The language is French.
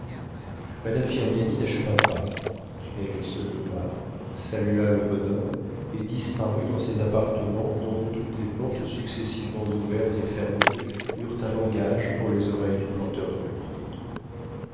madame firmiani n'acheva pas elle se leva salua le bonhomme et disparut dans ses appartements dont toutes les portes successivement ouvertes et fermées eurent un langage pour les oreilles du planteur de peupliers